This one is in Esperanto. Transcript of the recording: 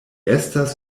estas